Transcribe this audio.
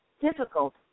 difficult